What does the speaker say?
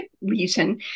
reason